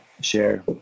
share